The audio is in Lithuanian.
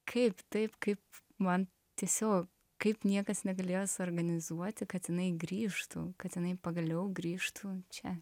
kaip taip kaip man tiesiog kaip niekas negalėjo suorganizuoti kad jinai grįžtų kad jinai pagaliau grįžtų čia